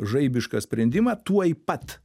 žaibišką sprendimą tuoj pat